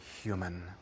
human